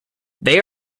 they